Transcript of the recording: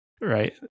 Right